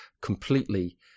completely